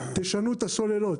תשנו את הסוללות.